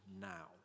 now